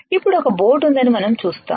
ఇప్పుడు ఒక బోట్ ఉందని మనం చూస్తాము